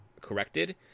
corrected